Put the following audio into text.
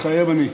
מתחייב אני.